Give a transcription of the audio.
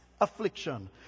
affliction